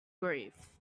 grief